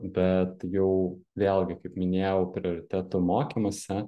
bet jau vėlgi kaip minėjau prioritetų mokymuose